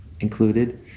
included